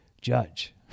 judge